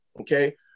okay